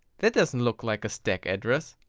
that doesn't look like a stack address?